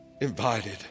invited